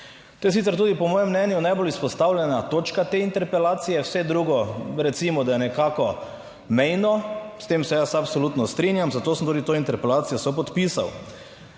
To je sicer tudi po mojem mnenju najbolj izpostavljena točka te interpelacije. Vse drugo, recimo, da je nekako mejno. S tem se jaz absolutno strinjam, zato sem tudi to interpelacijo sopodpisal.